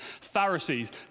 Pharisees